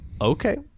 Okay